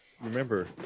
remember